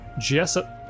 Jessup